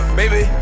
baby